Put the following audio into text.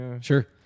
Sure